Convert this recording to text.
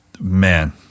man